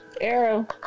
Arrow